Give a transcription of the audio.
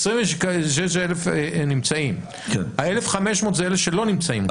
26,000 נמצאים, ה-1,500 זה אלה שלא נמצאים?